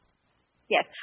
Yes